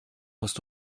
musst